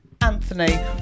Anthony